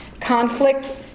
Conflict